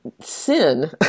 sin